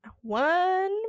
One